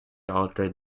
altered